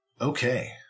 Okay